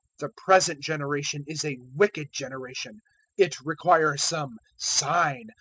the present generation is a wicked generation it requires some sign,